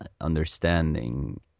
understanding